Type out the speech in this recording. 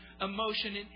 emotion